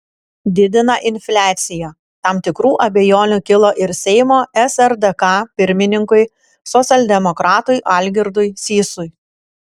didina infliaciją tam tikrų abejonių kilo ir seimo srdk pirmininkui socialdemokratui algirdui sysui